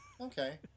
Okay